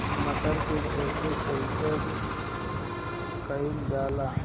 मटर के खेती कइसे कइल जाला?